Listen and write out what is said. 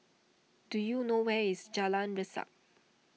do you know where is Jalan Resak